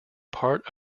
part